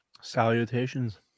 Salutations